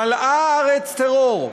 מלאה הארץ טרור,